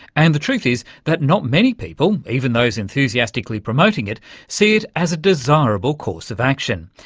and the truth is that not many people even those enthusiastically promoting it see it as a desirable course of action.